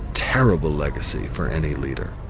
terrible legacy for any leader.